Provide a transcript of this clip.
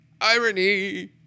Irony